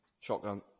Shotgun